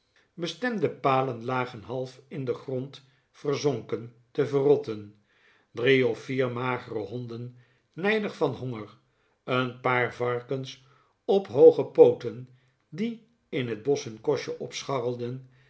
bestemde palen lagen half in den grond verzonken te verrotten drie of vier magere honden nijdig van honger een paar varkens op hooge pooten die in het bosch hun kostje